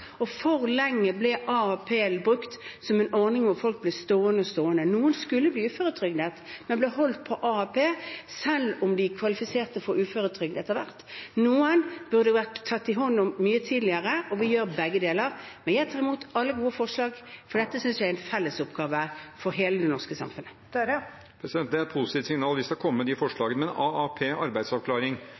For lenge ble AAP brukt som en ordning hvor folk ble værende. Noen skulle bli uføretrygdet, men ble holdt på AAP selv om de etter hvert kvalifiserte for uføretrygd. Noen burde vært tatt hånd om mye tidligere. Vi gjør begge deler. Men jeg tar imot alle gode forslag, for dette synes jeg er en felles oppgave for hele det norske samfunnet. Det blir oppfølgingsspørsmål – først Jonas Gahr Støre. Det er et positivt signal; vi skal komme med de forslagene. Når det gjelder AAP, arbeidsavklaring,